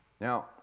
Now